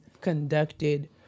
conducted